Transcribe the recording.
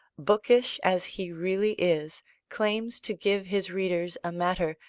bookish as he really is claims to give his readers a matter,